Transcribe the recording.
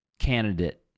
candidate